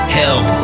help